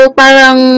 parang